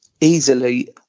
Easily